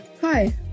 Hi